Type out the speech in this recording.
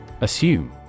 Assume